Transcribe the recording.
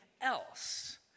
else